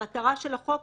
המטרה של החוק,